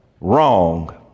Wrong